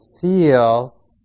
feel